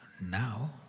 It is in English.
Now